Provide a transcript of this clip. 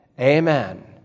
Amen